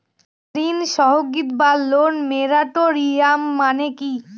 ঋণ স্থগিত বা লোন মোরাটোরিয়াম মানে কি?